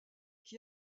qui